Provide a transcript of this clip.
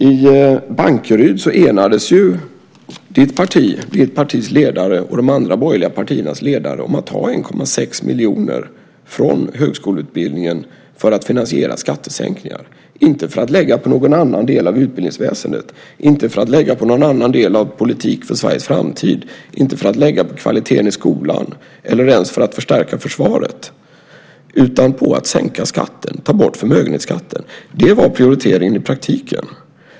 I Bankeryd enades ju ditt partis ledare och de andra borgerliga partiernas ledare om att ta 1,6 miljoner från högskoleutbildningen för att finansiera skattesänkningar - inte för att lägga på någon annan del av utbildningsväsendet, inte för att lägga på någon annan del av politik för Sveriges framtid, inte för att lägga på kvaliteten i skolan eller ens för att förstärka försvaret, utan för att sänka skatten och ta bort förmögenhetsskatten. Det var prioriteringen i praktiken.